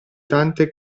tante